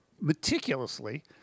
meticulously